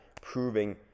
proving